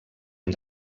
amb